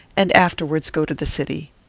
and afterwards go to the city.